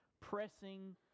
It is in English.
pressing